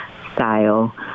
style